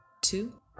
two